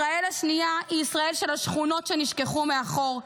ישראל השנייה היא ישראל של השכונות שנשכחו מאחור,